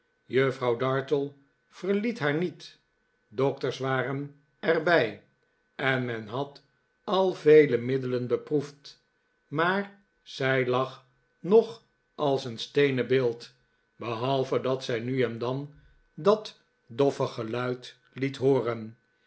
juffrouw dartle verliet haar niet dokters waren er bij en men had al vele middelen beproefd maar zij lag nog als een steenen beeld behalve dat zij nu en dan de micawber's in reis tenue dat doffe geluid liet hooren